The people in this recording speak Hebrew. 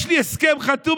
יש לי הסכם חתום.